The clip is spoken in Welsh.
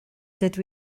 dydw